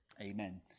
Amen